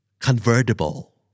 Convertible